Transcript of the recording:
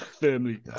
Firmly